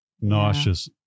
nauseous